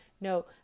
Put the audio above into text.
No